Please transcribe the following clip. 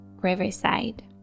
Riverside